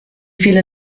viele